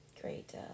great